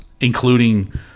including